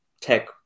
tech